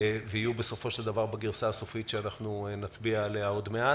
בדו"ח המוגמר עליו נצביע בהמשך ישיבה זו.